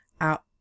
out